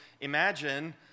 imagine